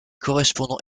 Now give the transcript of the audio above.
correspondant